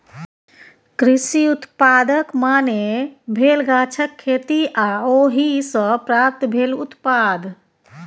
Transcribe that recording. कृषि उत्पादक माने भेल गाछक खेती आ ओहि सँ प्राप्त भेल उत्पाद